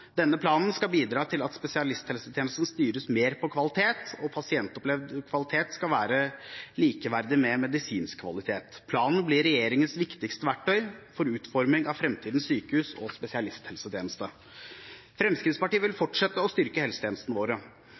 Denne planen skal bidra til at spesialisthelsetjenesten styres mer på kvalitet – og pasientopplevd kvalitet skal være likeverdig med medisinsk kvalitet. Planen blir regjeringens viktigste verktøy for utforming av fremtidens sykehus og spesialisthelsetjeneste. Fremskrittspartiet vil fortsette å styrke helsetjenestene våre